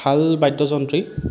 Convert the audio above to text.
ভাল বাদ্যযন্ত্ৰী